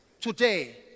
today